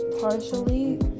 partially